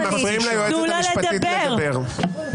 אתם מפריעים ליועצת המשפטית לדבר.